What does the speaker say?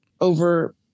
over